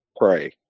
pray